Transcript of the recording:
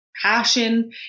passion